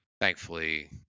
Thankfully